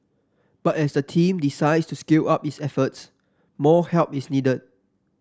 but as the team decides to scale up its efforts more help is needed